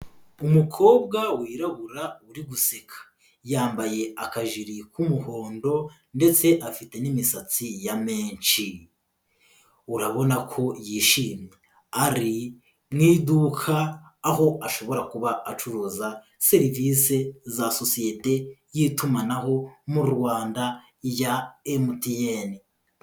Umukobwa wirabura uri guseka, yambaye akajiri k'umuhondo ndetse afite n'imisatsi ya menshi urabona ko yishimye. Ari mu iduka, aho ashobora kuba acuruza serivisi za sosiyete y'itumanaho mu Rwanda ya MTN.